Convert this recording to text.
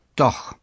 doch